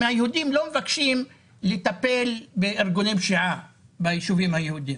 מהיהודים לא מבקשים לטפל בארגוני פשיעה בישובים היהודים.